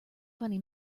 funny